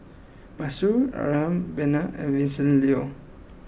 Masuri around Benna and Vincent Leow